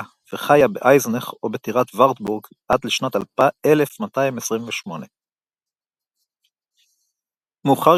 וחיה באייזנך או בטירת וארטבורג עד לשנת 1228. מאוחר